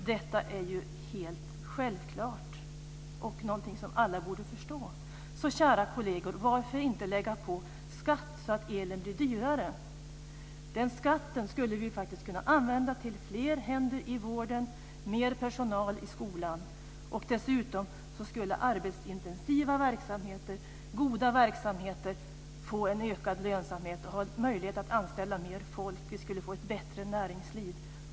Detta är ju helt självklart och någonting som alla borde förstå. Kära kolleger, varför inte lägga på skatt så att elen blir dyrare? Den skatten skulle vi kunna använda till att få fler händer i vården, mer personal i skolan. Dessutom skulle arbetsintensiva verksamheter, goda verksamheter, få en ökad lönsamhet och ge möjlighet till att anställa fler folk och få ett bättre näringsliv.